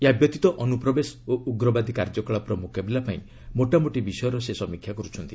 ଏହାବ୍ୟତୀତ ଅନୁପ୍ରବେଶ ଓ ଉଗ୍ରବାଦ କାର୍ଯ୍ୟକଳାପର ମୁକାବିଲାପାଇଁ ମୋଟାମୋଟି ବିଷୟର ସେ ସମୀକ୍ଷା କରୁଛନ୍ତି